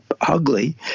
ugly